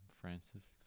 Francis